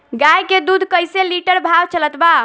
गाय के दूध कइसे लिटर भाव चलत बा?